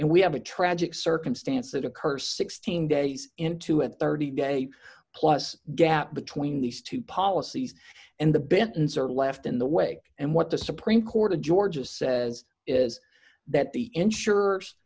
and we have a tragic circumstance that occurs sixteen days into a thirty day plus gap between these two policies and the benton's are left in the way and what the supreme court of georgia says is that the insurers